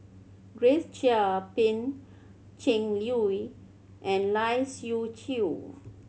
Grace Chia Pan Cheng Lui and Lai Siu Chiu